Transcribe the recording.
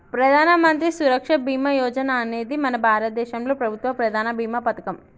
ప్రధానమంత్రి సురక్ష బీమా యోజన అనేది మన భారతదేశంలో ప్రభుత్వ ప్రధాన భీమా పథకం